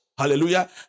Hallelujah